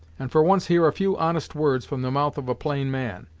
and for once hear a few honest words from the mouth of a plain man.